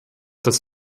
das